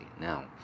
Now